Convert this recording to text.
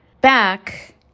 back